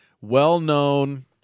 well-known